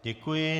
Děkuji.